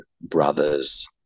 brothers